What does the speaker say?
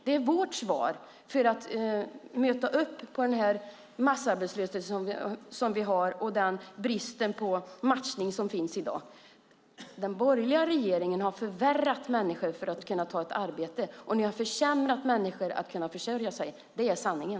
Det är vårt svar för att möta upp mot den massarbetslöshet som vi har och den brist på matchning som finns i dag. Den borgerliga regeringen har förvärrat för människor att kunna ta ett arbete, och ni har försämrat för människor att kunna försörja sig. Det är sanningen.